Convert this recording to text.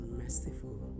merciful